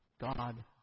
God